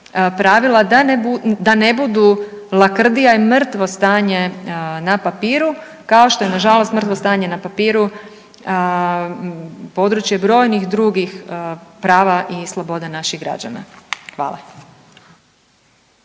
pravila da ne budu lakrdija i mrtvo stanje na papiru, kao što je nažalost mrtvo stanje na papiru područje brojnih drugih prava i sloboda naših građana. Hvala.